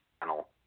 panel